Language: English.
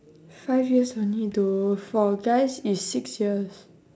five years only though for guys is six years